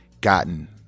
gotten